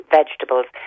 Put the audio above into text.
vegetables